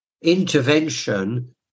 intervention